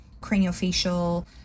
craniofacial